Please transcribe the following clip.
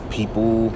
people